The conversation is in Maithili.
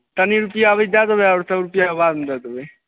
तनी रुपैआ अभी दै देबै आओर सब रुपैआ बादमे दै देबै